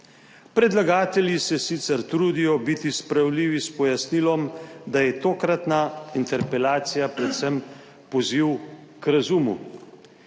Predlagatelji se sicer trudijo biti spravljivi s pojasnilom, da je tokratna interpelacija predvsem poziv k razumu,